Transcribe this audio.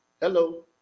hello